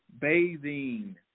bathing